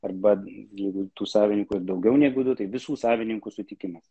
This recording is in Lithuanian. arba jeigu tų savininkų daugiau negu du tai visų savininkų sutikimas